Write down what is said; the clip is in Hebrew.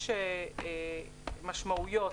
יש משמעויות,